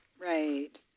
Right